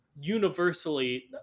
universally